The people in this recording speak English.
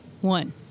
one